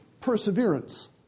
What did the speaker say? perseverance